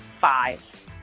five